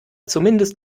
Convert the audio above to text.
zumindest